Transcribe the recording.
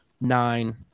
nine